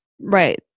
Right